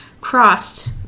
crossed